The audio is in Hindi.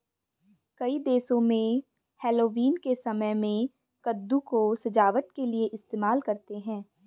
कई देशों में हैलोवीन के समय में कद्दू को सजावट के लिए इस्तेमाल करते हैं